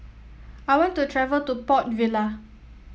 I want to travel to Port Vila